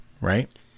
Right